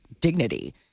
dignity